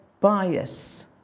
bias